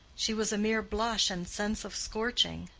she was a mere blush and sense of scorching.